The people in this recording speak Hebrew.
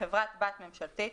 "חברת בת ממשלתית",